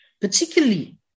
particularly